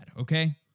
okay